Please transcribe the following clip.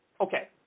Okay